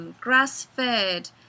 grass-fed